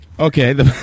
Okay